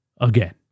again